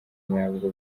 nyabwo